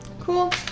Cool